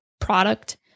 product